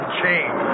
change